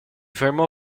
fermò